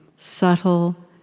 subtle,